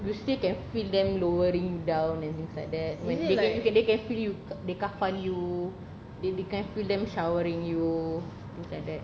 you still can feel them lowering you down and things like that they can they can feel you kafan you they they can feel them showering you things like that